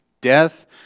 Death